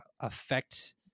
affect